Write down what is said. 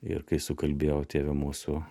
ir kai sukalbėjau tėve mūsų